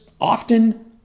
often